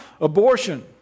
abortion